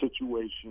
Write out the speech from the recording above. situation